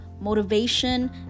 motivation